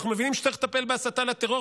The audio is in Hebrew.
ואנחנו מבינים שצריך לטפל בהסתה לטרור